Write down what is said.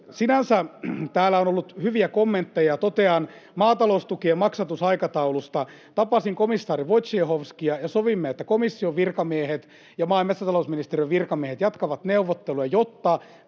Sinänsä täällä on ollut hyviä kommentteja. Totean maataloustukien maksatusaikataulusta, että tapasin komissaari Wojciechowskia ja sovimme, että komission virkamiehet ja maa- ja metsätalousministeriön virkamiehet jatkavat neuvotteluja, jotta